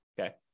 okay